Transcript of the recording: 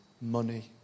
money